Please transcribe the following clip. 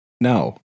No